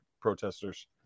protesters